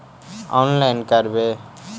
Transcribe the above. Online करवे?